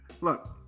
Look